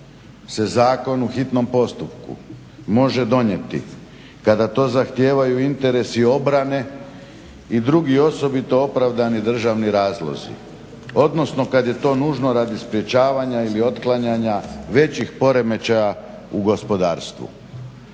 se zakon u hitnom postupku može donijeti kada to zahtijevaju interesi obrane i drugi osobito opravdani državni razlozi, odnosno kad je to nužno radi sprječavanja ili otklanjanja većih poremećaja u gospodarstvu.